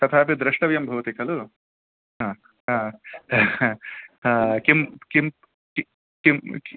तथापि द्रष्टव्यं भवति खलु ह ह ह किं किं कि किम्